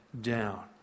down